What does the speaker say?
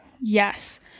Yes